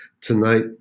Tonight